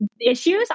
issues